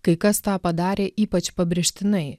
kai kas tą padarė ypač pabrėžtinai